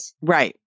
Right